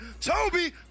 Toby